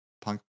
punk